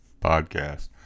podcast